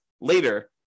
later